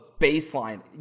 baseline